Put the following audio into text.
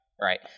right